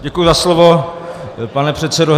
Děkuji za slovo, pane předsedo.